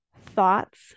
Thoughts